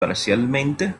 parcialmente